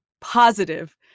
positive